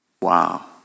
wow